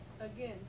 again